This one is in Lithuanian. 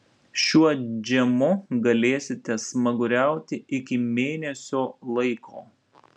šiuo džemu galėsite smaguriauti iki mėnesio laiko